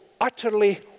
utterly